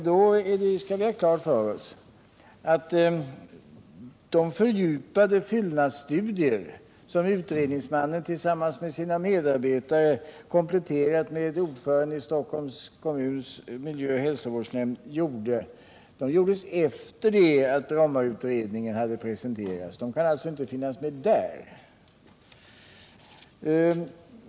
Då skall vi ha klart för oss att de fördjupade studierna av utredningsmannen tillsammans med hans medarbetare och ordföranden i Stockholms kommuns miljöoch hälsovårdsnämnd gjordes efter det att Brommautredningen presenterades. Den kan alltså inte finnas med i det sammanhanget.